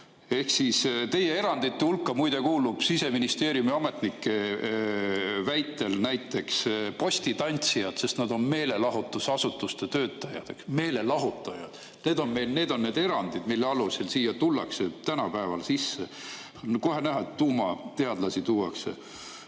Teie erandite hulka muide kuuluvad Siseministeeriumi ametnike väitel näiteks postitantsijad, sest nad on meelelahutusasutuste töötajad, meelelahutajad. Need on need erandid, mille alusel tänapäeval siia sisse tullakse. Kohe näha, et tuumateadlasi tuuakse. Aga